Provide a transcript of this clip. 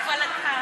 מתי אתה מסיים,